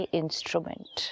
instrument